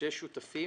כשיש שותפים